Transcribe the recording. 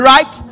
Right